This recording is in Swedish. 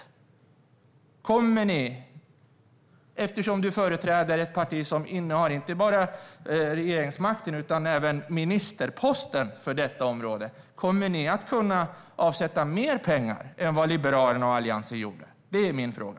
Jag frågar Thomas Strand eftersom han företräder ett parti som innehar inte bara regeringsmakten utan även ministerposten för detta område: Kommer ni att kunna avsätta mer pengar än vad Liberalerna och Alliansen gjorde? Det är min fråga.